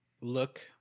look